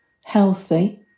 healthy